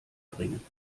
bringen